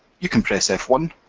you can press f one,